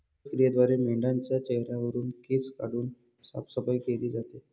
क्रॅच क्रियेद्वारे मेंढाच्या चेहऱ्यावरुन केस काढून साफसफाई केली जाते